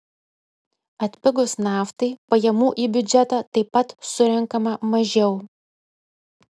atpigus naftai pajamų į biudžetą taip pat surenkama mažiau